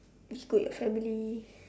you go with your family